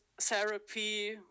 therapy